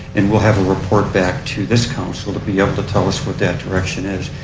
and we'll have a report back to this council to be able to tell us what that direction is.